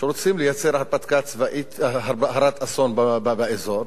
שרוצים לייצר הרפתקה צבאית הרת אסון באזור.